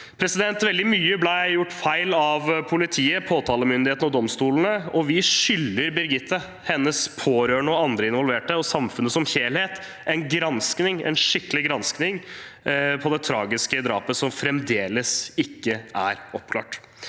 Veldig mye ble gjort feil av politiet, påtalemyndigheten og domstolene. Vi skylder Birgitte, hennes pårørende, andre involverte og samfunnet som helhet en gransking – en skikkelig gransking av det tragiske drapet som fremdeles ikke er oppklart.